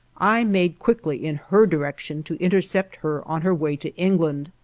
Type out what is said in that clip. i made quickly in her direction to intercept her on her way to england.